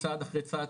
צעד אחרי צעד,